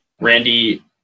Randy